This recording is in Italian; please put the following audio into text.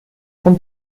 con